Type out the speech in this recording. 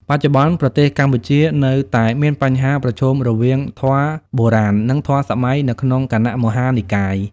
បច្ចុប្បន្ន ប្រទេសកម្ពុជានៅតែមានបញ្ហាប្រឈមរវាងធម៌បុរាណ និងធម៌សម័យនៅក្នុងគណៈមហានិកាយ។